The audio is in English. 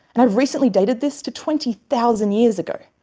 and i've recently dated this to twenty thousand years ago.